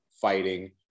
fighting